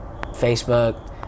Facebook